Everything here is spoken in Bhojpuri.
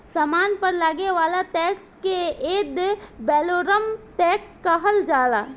सामान पर लागे वाला टैक्स के एड वैलोरम टैक्स कहल जाला